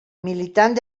militant